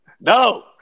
no